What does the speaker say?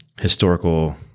historical